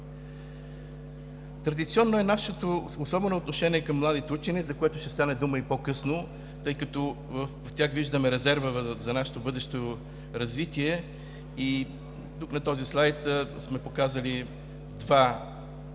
Традиционно е нашето особено отношение към младите учени, за което ще стане дума по-късно, тъй като в тях виждаме резерва за нашето бъдещо развитие – и тук на този слайд сме показали два момента,